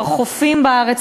חופים בארץ,